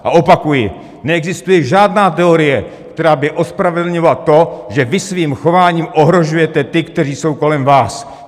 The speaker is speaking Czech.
A opakuji: Neexistuje žádná teorie, která by ospravedlňovala to, že vy svým chováním ohrožujete ty, kteří jsou kolem vás.